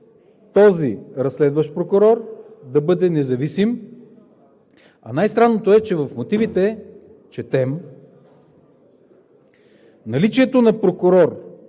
този разследващ прокурор да бъде независим. А най-странното е, че в мотивите четем: „Наличието на прокурор,